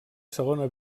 segona